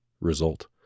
result